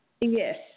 Yes